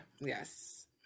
yes